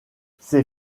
ses